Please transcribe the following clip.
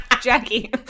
Jackie